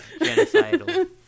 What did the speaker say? genocidal